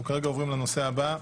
אנחנו עוברים לנושא הבא,